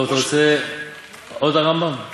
טוב, אתה רוצה עוד מהרמב"ם?